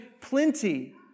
plenty